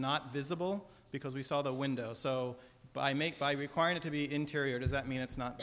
not visible because we saw the window so by make by requiring it to be interior does that mean it's not